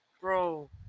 Bro